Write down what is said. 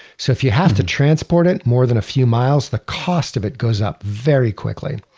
so if you have to transport it more than a few miles, the cost of it goes up very quickly.